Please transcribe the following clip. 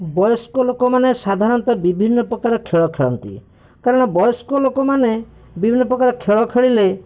ବୟସ୍କ ଲୋକମାନେ ସାଧାରଣତଃ ବିଭିନ୍ନ ପ୍ରକାରର ଖେଳ ଖେଳନ୍ତି କାରଣ ବୟସ୍କ ଲୋକମାନେ ବିଭିନ୍ନ ପ୍ରକାର ଖେଳ ଖେଳିଲେ